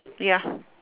ya